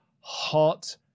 hot